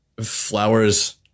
flowers